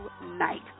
tonight